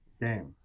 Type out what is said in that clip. game